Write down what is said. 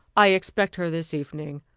i expect her this evening.